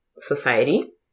society